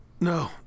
No